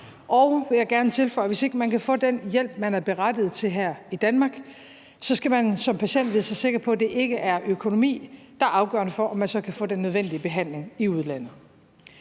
at hvis ikke man kan få den hjælp, man er berettiget til, her i Danmark, så skal man som patient vide sig sikker på, at det ikke er økonomi, der er afgørende for, om man så kan få den nødvendige behandling i udlandet.